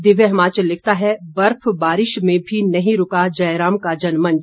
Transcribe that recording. दिव्य हिमाचल लिखता है बर्फ बारिश में भी नहीं रुका जयराम का जनमंच